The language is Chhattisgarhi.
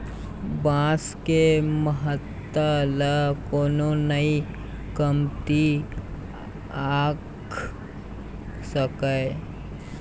बांस के महत्ता ल कोनो नइ कमती आंक सकय